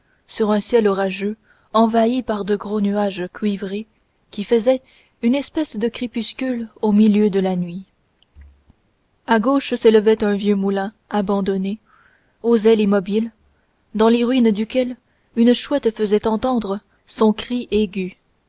sur un ciel orageux envahi par de gros nuages cuivrés qui faisaient une espèce de crépuscule au milieu de la nuit à gauche s'élevait un vieux moulin abandonné aux ailes immobiles dans les ruines duquel une chouette faisait entendre son cri aigu